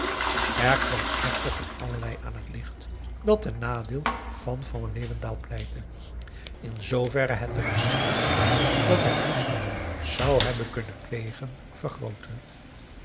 er kwam echter van allerlei aan het licht dat ten nadeele van van leeuwendaal pleitte in zoover het de waarschijnlijkheid dat hij diefstal zou hebben kunnen plegen vergrootte